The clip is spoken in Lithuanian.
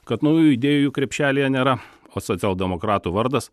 kad naujų idėjų krepšelyje nėra o socialdemokratų vardas